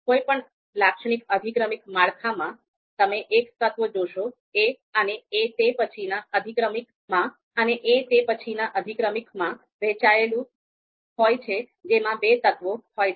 કોઈપણ લાક્ષણિક અધિક્રમિક માળખામાં તમે એક તત્વ જોશો અને એ તે પછીના અધિક્રમિકમાં વહેંચાયેલું હોય છે જેમાં બે તત્વો હોય છે